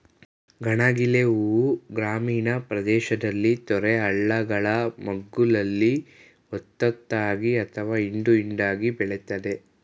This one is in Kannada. ಗಣಗಿಲೆ ಹೂ ಗ್ರಾಮೀಣ ಪ್ರದೇಶದಲ್ಲಿ ತೊರೆ ಹಳ್ಳಗಳ ಮಗ್ಗುಲಲ್ಲಿ ಒತ್ತೊತ್ತಾಗಿ ಅಥವಾ ಹಿಂಡು ಹಿಂಡಾಗಿ ಬೆಳಿತದೆ